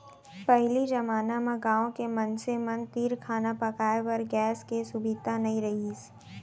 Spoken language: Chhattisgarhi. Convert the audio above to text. पहिली जमाना म गॉँव के मनसे मन तीर खाना पकाए बर गैस के सुभीता नइ रहिस